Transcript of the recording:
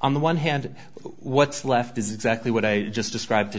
on the one hand what's left is exactly what i just described to